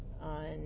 on